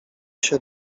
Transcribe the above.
się